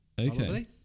Okay